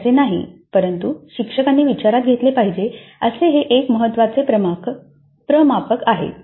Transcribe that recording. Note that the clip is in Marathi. हे असे नाही परंतु शिक्षकांनी विचारात घेतले पाहिजे असे हे एक महत्त्वाचे प्रमापक आहे